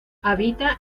habita